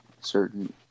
certain